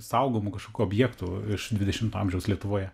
saugomų kažkokių objektų iš dvidešimto amžiaus lietuvoje